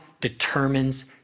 determines